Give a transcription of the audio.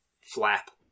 flap